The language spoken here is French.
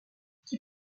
qui